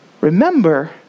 Remember